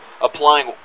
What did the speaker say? applying